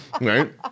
right